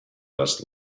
must